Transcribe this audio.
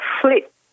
flip